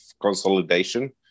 consolidation